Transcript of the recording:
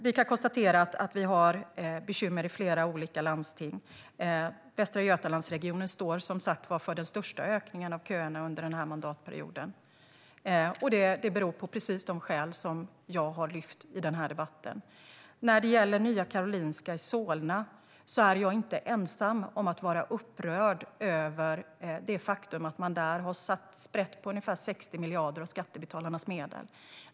Vi kan konstatera att det finns bekymmer i flera landsting. Västra Götalandsregionen står som sagt för den största ökningen av köerna under den här mandatperioden. Det beror på precis de saker som jag har lyft fram i den här debatten. När det gäller Nya Karolinska Solna är jag inte ensam om att vara upprörd över det faktum att man där har satt sprätt på ungefär 60 miljarder av skattebetalarnas medel.